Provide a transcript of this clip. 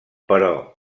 però